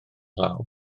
law